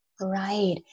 Right